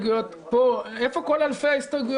איפה כל אלפי ההסתייגויות?